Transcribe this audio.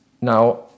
Now